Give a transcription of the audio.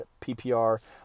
PPR